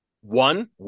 One